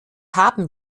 haben